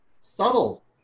subtle